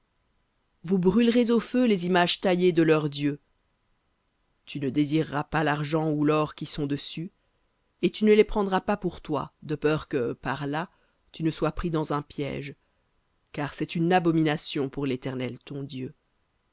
vous brûlerez au feu les images taillées de leurs dieux tu ne désireras pas l'argent ou l'or qui sont dessus et tu ne les prendras pas pour toi de peur que par là tu ne sois pris dans un piège car c'est une abomination pour l'éternel ton dieu